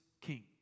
king